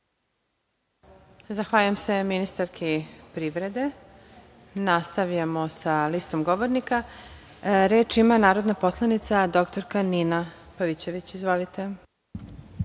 Zahvaljujem se ministarki privrede. Nastavljamo sa listom govornika. Reč ima narodna poslanica dr Nina Pavićević. Izvolite.